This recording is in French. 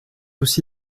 aussi